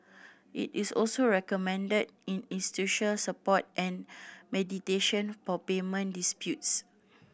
it is also recommended in institution support and mediation for payment disputes